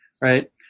right